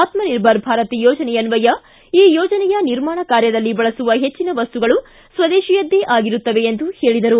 ಆತ್ಮ ನಿರ್ಭರ್ ಭಾರತ್ ಯೋಜನೆಯನ್ವಯ ಈ ಯೋಜನೆಯ ನಿರ್ಮಾಣ ಕಾರ್ಯದಲ್ಲಿ ಬಳಸುವ ಹೆಚ್ಚಿನ ವಸ್ತುಗಳು ಸ್ವದೇಶಿಯದ್ದೇ ಆಗಿರುತ್ತವೆ ಎಂದು ಹೇಳಿದರು